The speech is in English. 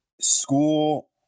school